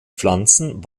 pflanzen